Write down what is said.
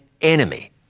enemy